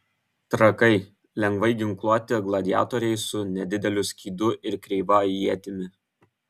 trakai lengvai ginkluoti gladiatoriai su nedideliu skydu ir kreiva ietimi